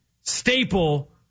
staple